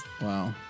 Wow